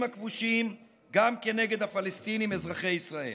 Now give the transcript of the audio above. הכבושים גם כנגד הפלסטינים אזרחי ישראל.